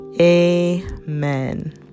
Amen